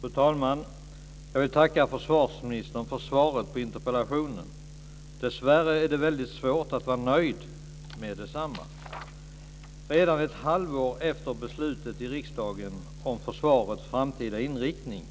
Fru talman! Jag vill tacka försvarsministern för svaret på interpellationen. Dessvärre är det väldigt svårt att vara nöjd med detsamma. Redan ett halvår efter beslutet i riksdagen om försvarets framtida inriktning